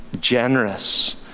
generous